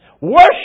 Worship